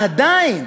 עדיין,